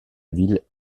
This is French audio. ville